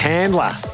Handler